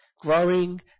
growing